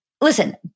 listen